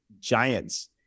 Giants